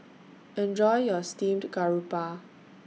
Enjoy your Steamed Garoupa